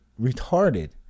retarded